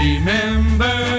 Remember